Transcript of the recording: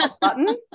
button